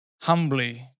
humbly